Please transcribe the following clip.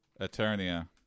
Eternia